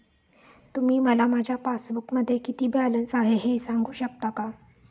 तुम्ही मला माझ्या पासबूकमध्ये किती बॅलन्स आहे हे सांगू शकता का?